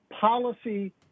policy